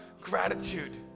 gratitude